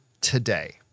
today